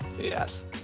Yes